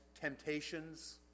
temptations